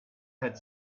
had